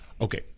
okay